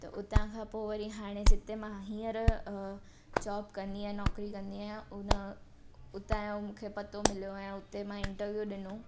त उताखां पोइ वरी हाणे जिते मां हीअंर अ जॉब कंदी आहियां नौकिरी कंदी आहियां उन उताजो मूंखे पतो मिलियो ऐं उते मां इंटरव्यू ॾिनो